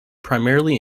primarily